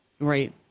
Right